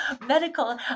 medical